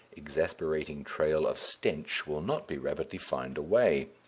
exasperating trail of stench will not be rapidly fined away.